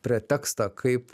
pretekstą kaip